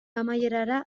amaierara